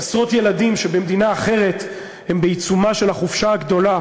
עשרות ילדים שבמדינה אחת הם בעיצומה של החופשה הגדולה,